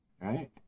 right